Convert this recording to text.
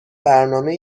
برنامه